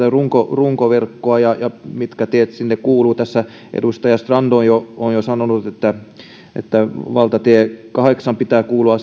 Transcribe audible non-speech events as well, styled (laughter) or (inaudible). runkoverkkoa mitkä tiet kuuluvat siihen tässä edustaja strand on jo sanonut että että valtatien kahdeksan pitää kuulua (unintelligible)